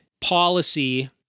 policy